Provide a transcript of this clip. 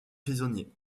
prisonnier